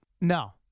No